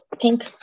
pink